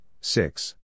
six